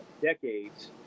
decades